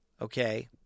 Okay